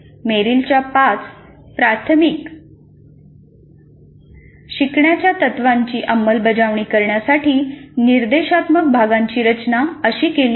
मेरीलच्या पाच प्राथमिक शिकण्याच्या तत्त्वांची अंमलबजावणी करण्यासाठी निर्देशात्मक भागांची रचना अशी केली आहे